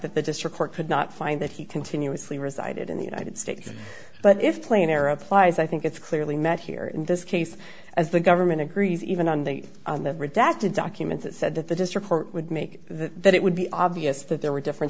that the district court could not find that he continuously resided in the united states but if plainer applies i think it's clearly met here in this case as the government agrees even on the redacted documents it said that the district court would make that it would be obvious that there were different